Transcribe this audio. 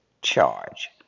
charge